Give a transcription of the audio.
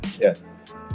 Yes